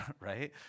right